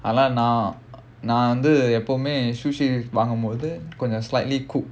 நான் நான் வந்து எப்பயுமே:naan naan vandhu eppayumae sushi வாங்கும்போது கொஞ்சம்:vaangumpothu konjam slightly cooked